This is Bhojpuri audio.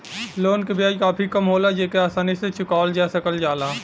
लोन क ब्याज काफी कम होला जेके आसानी से चुकावल जा सकल जाला